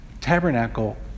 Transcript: tabernacle